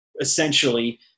essentially